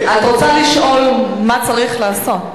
את רוצה לשאול מה צריך לעשות,